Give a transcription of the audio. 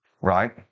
Right